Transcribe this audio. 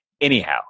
Anyhow